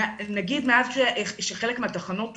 מאז שחלק מהתחנות הוקמו,